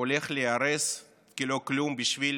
הולך להיהרס כלא כלום בשביל